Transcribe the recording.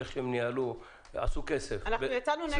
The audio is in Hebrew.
איך הם ניהלו ועשו כסף --- אנחנו יצאנו נגד זה.